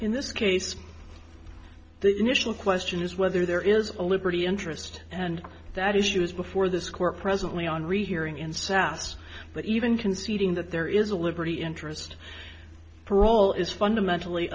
in this case the initial question is whether there is a liberty interest and that issue is before this court presently on rehearing in sas but even conceding that there is a liberty interest parole is fundamentally